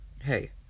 hey